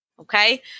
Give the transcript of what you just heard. okay